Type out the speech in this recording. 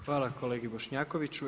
Hvala kolegi Bošnjakoviću.